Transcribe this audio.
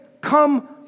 come